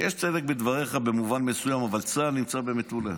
יש צדק בדבריך במובן מסוים, אבל צה"ל נמצא במטולה.